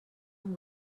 amb